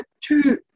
two